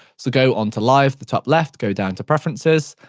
so go onto live, the top left, go down to preferences,